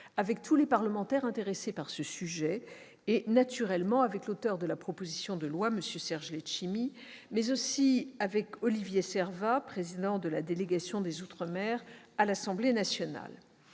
avec tous les parlementaires intéressés par ce sujet, naturellement avec l'auteur de la proposition de loi M. Serge Letchimy, mais aussi avec M. Olivier Serva, président de la délégation aux outre-mer à l'Assemblée nationale.